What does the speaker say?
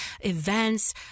events